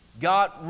God